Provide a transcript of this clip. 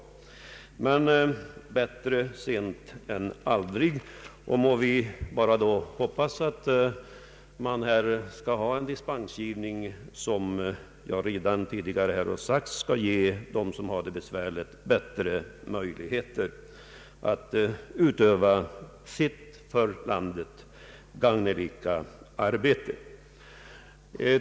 Men bättre sent än aldrig, och må vi då bara hoppas att man kommer att tillämpa en dispensgivning som skall ge dem som har det besvärligt bättre möjligheter att utöva sitt för landet gagnerika arbete.